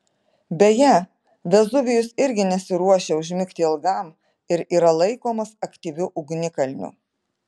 beje vezuvijus irgi nesiruošia užmigti ilgam ir yra laikomas aktyviu ugnikalniu